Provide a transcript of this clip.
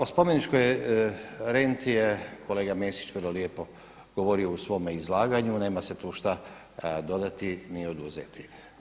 O spomeničkoj renti je kolega Mesić vrlo lijepo govorio u svome izlaganju, nema se tu šta dodati ni oduzeti.